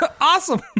Awesome